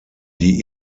die